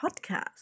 Podcast